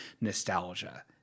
Nostalgia